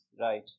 right